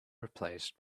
replaced